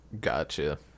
Gotcha